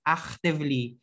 actively